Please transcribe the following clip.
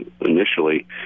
initially